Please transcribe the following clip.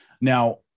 Now